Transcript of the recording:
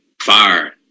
fire